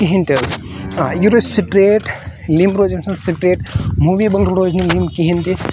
کہینۍ تہِ حظ یہِ روزِ سٹریٹ لِمب روزِ أمۍ سٕنٛز سٹریٹ موٗویبِل روزِ نہٕ لِمب کہینۍ تہِ